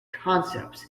concepts